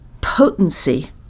potency